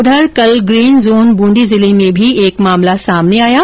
उघर कल green zone Bundi जिले में भी एक मामला सामने आया है